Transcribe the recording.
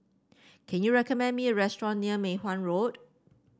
can you recommend me a restaurant near Mei Hwan Road